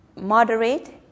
moderate